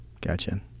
Gotcha